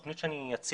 התוכנית שאני אציג,